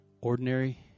Ordinary